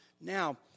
Now